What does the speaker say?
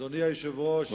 אדוני היושב-ראש,